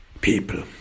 people